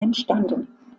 entstanden